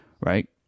right